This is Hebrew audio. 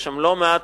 יש שם לא מעט